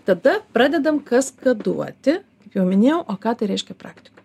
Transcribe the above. tada pradedam kaskaduoti jau minėjau o ką tai reiškia praktikoj